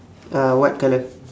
ah what colour